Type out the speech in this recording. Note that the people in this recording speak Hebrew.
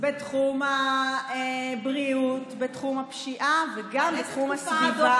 בתחום הבריאות, בתחום הפשיעה וגם בתחום הסביבה.